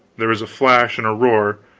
there was a flash and a roar,